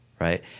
right